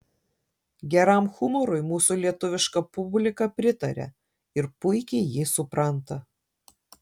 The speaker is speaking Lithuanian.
geram humorui mūsų lietuviška publika pritaria ir puikiai jį supranta